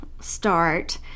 start